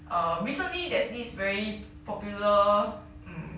err recently there's this very popular mm